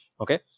Okay